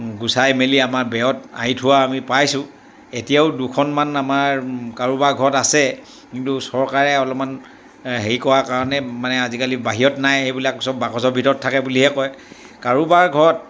গুচাই মেলি আমাৰ বেৰত আঁৰি থোৱা আমি পাইছোঁ এতিয়াও দুখনমান আমাৰ কাৰোবাৰ ঘৰত আছে কিন্তু চৰকাৰে অলপমান হেৰি কৰা কাৰণে মানে আজিকালি বাহিৰত নাই সেইবিলাক সব বাকচৰ ভিতৰত থাকে বুলিহে কয় কাৰোবাৰ ঘৰত